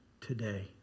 today